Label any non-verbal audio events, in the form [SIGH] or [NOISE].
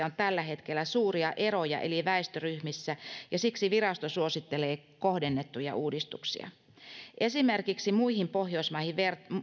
[UNINTELLIGIBLE] on tällä hetkellä suuria eroja eri väestöryhmissä ja siksi virasto suosittelee kohdennettuja uudistuksia esimerkiksi muihin pohjoismaihin